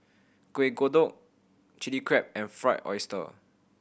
Kueh Kodok Chili Crab and Fried Oyster